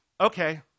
okay